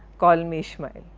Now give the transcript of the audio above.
call me ishmael.